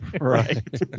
right